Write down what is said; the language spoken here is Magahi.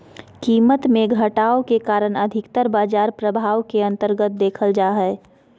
कीमत मे घटाव के कारण अधिकतर बाजार प्रभाव के अन्तर्गत देखल जा हय